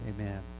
Amen